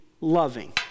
loving